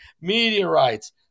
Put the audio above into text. Meteorites